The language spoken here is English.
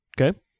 Okay